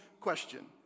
question